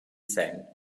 sein